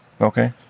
Okay